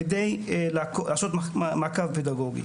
כדי לעשות מעקב פדגוגי.